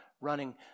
running